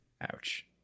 Ouch